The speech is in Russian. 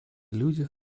люди